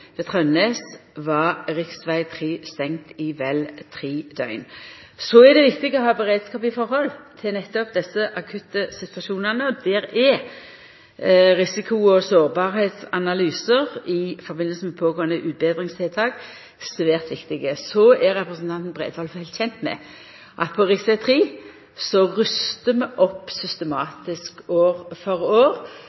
Ved Trønnes var rv. 3 stengd i vel tre døger. Så er det viktig å ha beredskap i forhold til nettopp desse akutte situasjonane, og her er risiko- og sårbarheitsanalysar i samband med pågåande utbetringstiltak svært viktige. Så er representanten Bredvold vel kjend med at rv. 3 rustar vi opp